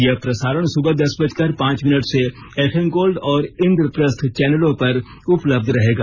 यह प्रसारण सुबह दस बजकर पांच मिनट से एफएम गोल्ड और इन्द्रपस्थ चैनलों पर उपलब्ध रहेगा